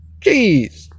Jeez